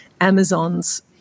Amazon's